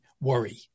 worry